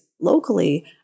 locally